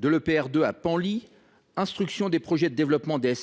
de l’EPR2 à Penly, instruction des projets de développement des